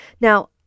Now